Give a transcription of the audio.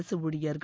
அரசு ஊழியர்கள்